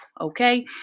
Okay